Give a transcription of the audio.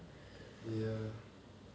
ya